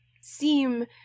seem